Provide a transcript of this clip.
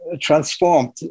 transformed